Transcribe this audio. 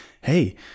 hey